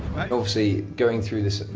obviously, going through this,